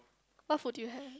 what food did you have